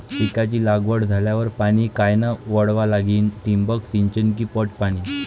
पिकाची लागवड झाल्यावर पाणी कायनं वळवा लागीन? ठिबक सिंचन की पट पाणी?